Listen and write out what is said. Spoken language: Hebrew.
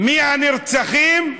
מי הנרצחים?